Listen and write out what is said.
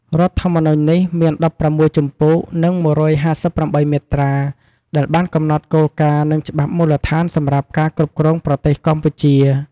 រដ្ឋធម្មនុញ្ញនេះ មាន១៦ជំពូក និង១៥៨មាត្រា ដែលបានកំណត់គោលការណ៍ និងច្បាប់មូលដ្ឋានសម្រាប់ការគ្រប់គ្រងប្រទេសកម្ពុជា។